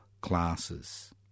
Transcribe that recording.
classes